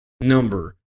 number